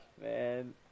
man